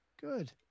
Good